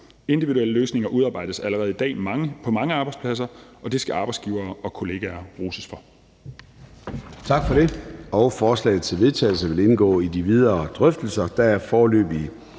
Individuelle løsninger udarbejdes allerede i dag på mange arbejdspladser, og det skal arbejdsgivere og kollegaer roses for.«